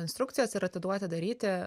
instrukcijas ir atiduoti daryti